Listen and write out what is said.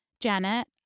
janet